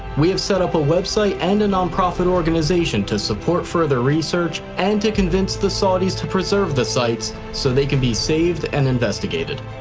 we have set up a website and a nonprofit organization to support further research and to convince the saudis to preserve the sites so they can be saved and investigated.